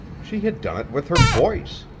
she had done it with her voice.